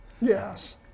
Yes